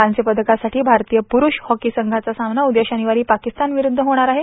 कांस्य पदकासाठी भारतीय प्रूर्ष हॉकी संघाचा सामना उद्या शनिवारी पाकिस्तान विरूध्द होणाऱ आहे